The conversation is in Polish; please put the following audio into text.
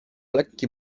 lekki